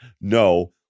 No